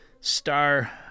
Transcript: star